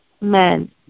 men